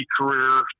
career –